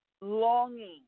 longing